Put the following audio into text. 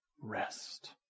rest